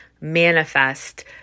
manifest